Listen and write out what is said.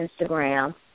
Instagram